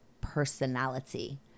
personality